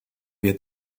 wie